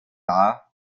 dar